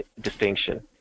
distinction